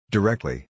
Directly